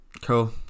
cool